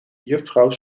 juffrouw